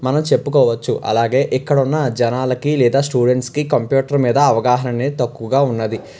మనం చెప్పుకోవచ్చు అలాగే ఇక్కడ ఉన్న జనాలకి లేదా స్టూడెంట్స్కి కంప్యూటర్ మీద అవగాహన అనేది తక్కువుగా ఉన్నది